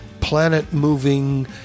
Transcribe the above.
planet-moving